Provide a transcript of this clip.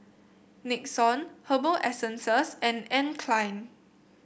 Nixon Herbal Essences and Anne Klein